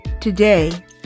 Today